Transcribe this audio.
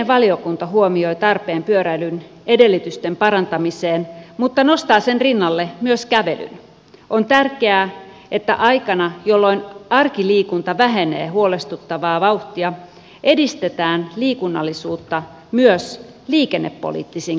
valiokunta huomioi tarpeen pyöräilyn edellytysten parantamiseen mutta nostaa sen rinnalle myös kävely on tärkeää että aikana jolloin arkiliikunta vähenee huolestuttavaa vauhtia edistetään liikunnallisuutta myös liikennepoliittisin